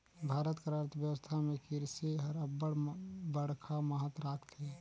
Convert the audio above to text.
भारत कर अर्थबेवस्था में किरसी हर अब्बड़ बड़खा महत राखथे